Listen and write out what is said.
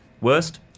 Worst